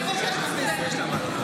בקושי יש שם סטודנטים.